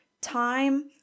time